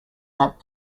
that